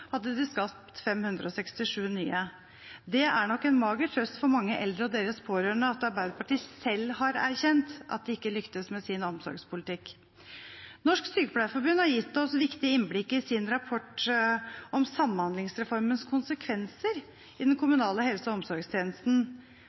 hadde de skapt 567 nye. Det er nok en mager trøst for mange eldre og deres pårørende at Arbeiderpartiet selv har erkjent at de ikke lyktes med sin omsorgspolitikk. Norsk Sykepleierforbund har gitt oss viktige innblikk i sin rapport om samhandlingsreformens konsekvenser for den kommunale helse- og omsorgstjenesten.